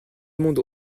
monde